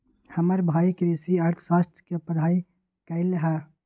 हमर भाई कृषि अर्थशास्त्र के पढ़ाई कल्कइ ह